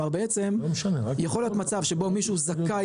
בעצם יכול להיות מצב שבו מישהו זכאי